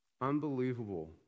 unbelievable